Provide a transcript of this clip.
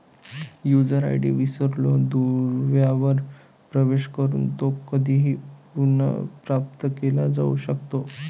user ID विसरलो दुव्यावर प्रवेश करून तो कधीही पुनर्प्राप्त केला जाऊ शकतो